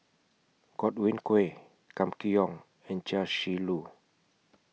Godwin Koay Kam Kee Yong and Chia Shi Lu